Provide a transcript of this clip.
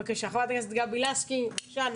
חברת הכנסת גבי לסקי, בבקשה.